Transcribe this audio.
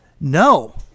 no